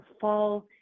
fall